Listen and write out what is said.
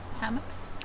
hammocks